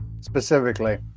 Specifically